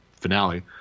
finale